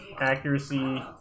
accuracy